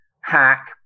hack